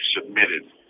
submitted